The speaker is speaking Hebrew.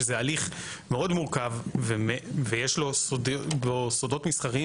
שזה הליך מאוד מורכב ויש לו סודות מסחריים